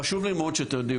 חשוב לי מאוד שתדעו,